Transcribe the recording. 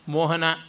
Mohana